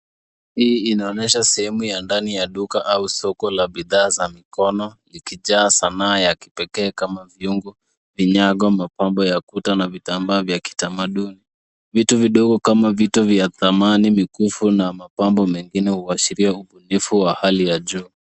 Hii inaonyeha sehemu ya ndani ya duka au soko la bidhaa za mikono ikijaa sanaa ya kipekee kama vyungu, vinyago, mapambo ya ukuta na vitambaa vya kitamaduni. Vitu vidogo kama vito vya thamani, mikufu na mapambo mengine huashiria ubunifu wa hali ya juu.